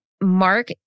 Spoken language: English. Mark